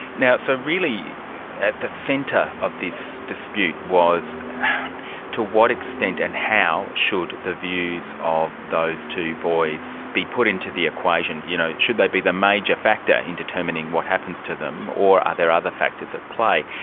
so really at the centre of this dispute was to what extent and how should the views of those two boys be put into the equation you know should they be the major factor in determining what happens to them, or are there other factors at play?